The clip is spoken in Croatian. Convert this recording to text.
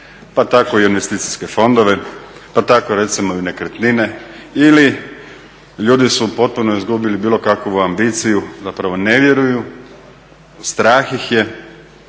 Pa tako i investicijske fondove, pa tako recimo i nekretnine ili ljudi su potpuno izgubili bilo kakvu ambiciju, zapravo ne vjeruju, strah ih je